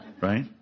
right